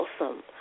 awesome